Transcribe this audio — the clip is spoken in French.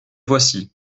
voici